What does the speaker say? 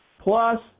Plus